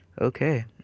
Okay